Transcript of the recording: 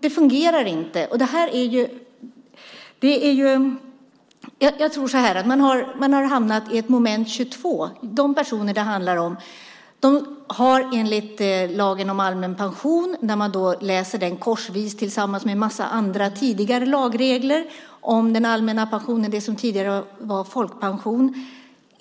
Det fungerar alltså inte. Jag tror att man har hamnat i ett moment 22. De personer det handlar om borde enligt lagen om allmän pension - när man läser den korsvis med en massa andra tidigare lagregler om den allmänna pensionen som tidigare var folkpension -